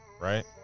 Right